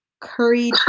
curry